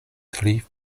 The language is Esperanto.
tri